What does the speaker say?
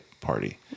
party